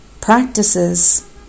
practices